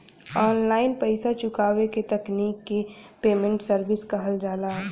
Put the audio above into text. online पइसा चुकावे क तकनीक के पेमेन्ट सर्विस कहल जाला